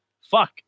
Fuck